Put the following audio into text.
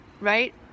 right